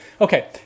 Okay